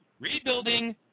rebuilding